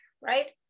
right